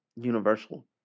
Universal